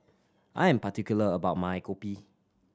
I am particular about my kopi